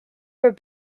for